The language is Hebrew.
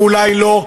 ואולי לא.